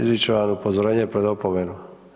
Izričem vam upozorenje pred opomenu.